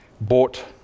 bought